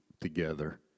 together